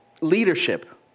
leadership